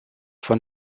von